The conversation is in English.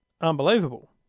Unbelievable